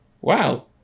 Wow